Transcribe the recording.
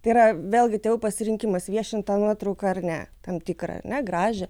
tai yra vėlgi tėvų pasirinkimas viešint nuotrauką ar ne tam tikrą negražią